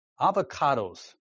Avocados